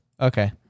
Okay